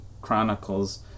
Chronicles